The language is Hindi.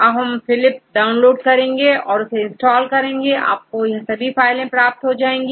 आप जब फिलिप डाउनलोड करेंगे और इंस्टॉल करेंगे आपको यह सभी फाइल प्राप्त होंगी